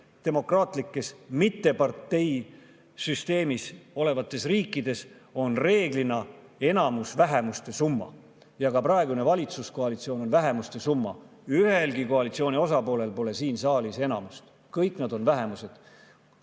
Demokraatlikes mitmeparteisüsteemiga riikides on enamus reeglina vähemuste summa ja ka praegune valitsuskoalitsioon on vähemuste summa. Ühelgi koalitsiooni osapoolel pole siin saalis enamust, kõik nad on vähemused.